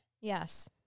Yes